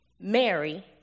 Mary